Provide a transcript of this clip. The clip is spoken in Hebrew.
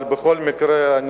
אבל בכל מקרה,